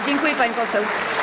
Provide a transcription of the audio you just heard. Dziękuję, pani poseł.